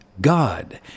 God